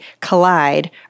collide